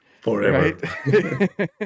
Forever